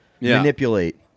manipulate